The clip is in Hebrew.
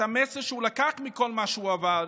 המסר שהוא לקח מכל מה שהוא עבר,